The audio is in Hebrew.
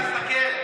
השר ביטון,